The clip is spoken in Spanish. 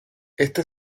este